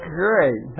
great